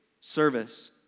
service